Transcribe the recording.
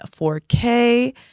4K